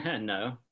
No